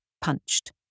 punched